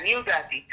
לעניות דעתי,